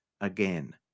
again